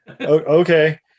okay